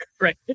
Right